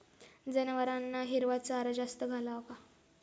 जनावरांना हिरवा चारा जास्त घालावा का?